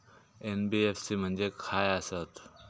NBFC म्हणजे खाय आसत?